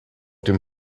dem